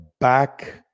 back